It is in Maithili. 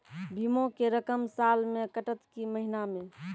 बीमा के रकम साल मे कटत कि महीना मे?